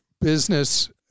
business